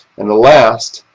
and the last,